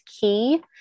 key